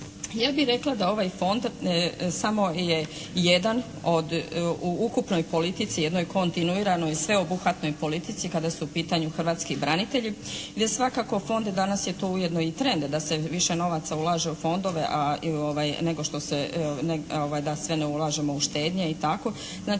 Ja bih rekla da ovaj fond samo je jedan od u ukupnoj politici jednoj kontinuiranoj i sveobuhvatnoj politici kada su u pitanju hrvatskih branitelji jer svakako fond danas je to ujedno i trend da se više novaca ulaže u fondove, a nego što se, da sve ne ulažemo u štednje i tako,